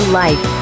life